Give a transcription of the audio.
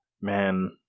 Man